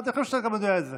ואני חושב שאתה גם יודע את זה,